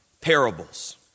parables